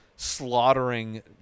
slaughtering